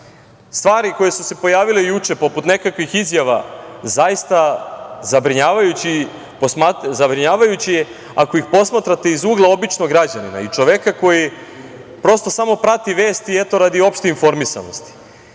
stvari koje su se pojavile juče, poput nekakvih izjava, zaista je zabrinjavajuće ako ih posmatrate iz ugla običnog građanina i čoveka koji prosto samo prati vesti, eto, radi opšte informisanosti.